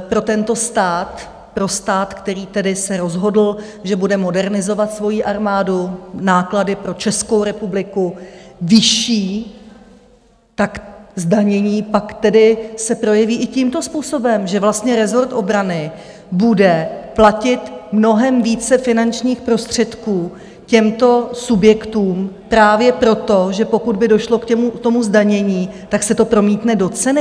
pro tento stát, pro stát, který se rozhodl, že bude modernizovat svoji armádu, náklady pro Českou republiku vyšší, zdanění pak tedy se projeví i tímto způsobem, že vlastně rezort obrany bude platit mnohem více finančních prostředků těmto subjektům právě proto, že pokud by došlo k zdanění, tak se to promítne do ceny.